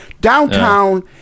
Downtown